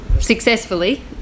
successfully